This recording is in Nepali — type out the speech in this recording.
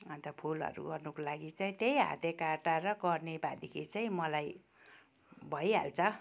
अन्त फुलहरू गर्नुको लागि चाहिँ त्यही हाते काँटा र कर्नी भएदेखि चाहिँ मलाई भइहाल्छ